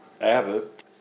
Abbott